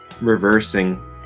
reversing